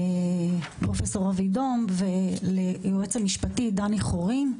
פרופ' אבי דומב, וליועץ המשפטי, דני חורין.